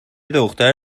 دختر